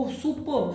super